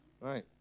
Right